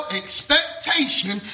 expectation